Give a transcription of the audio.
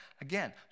Again